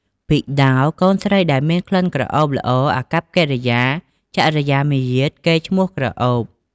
ពិដោរ កូនស្រីដែលមានក្លិនក្រអូបល្អ អាកប្បកិរិយា ចរិយាមាយាទ កេរ្តិ៍ឈ្មោះក្រអូប។